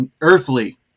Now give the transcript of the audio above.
earthly